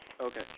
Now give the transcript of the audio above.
Okay